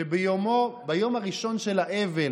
שביום הראשון של האבל,